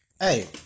Hey